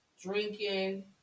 drinking